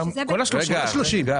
כל ה-30%.